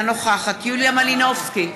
בעד יוליה מלינובסקי,